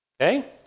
Okay